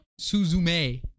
Suzume